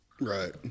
Right